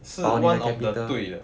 是 one of the 对的